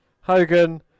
Hogan